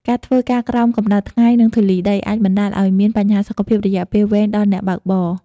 ការធ្វើការក្រោមកម្តៅថ្ងៃ និងធូលីដី អាចបណ្តាលឱ្យមានបញ្ហាសុខភាពរយៈពេលវែងដល់អ្នកបើកបរ។